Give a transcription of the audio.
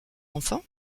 enfant